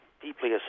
deeply